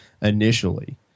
initially